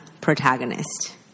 protagonist